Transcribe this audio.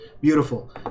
Beautiful